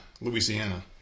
Louisiana